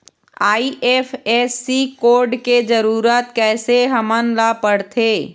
IFSC code के जरूरत कैसे हमन ला पड़थे?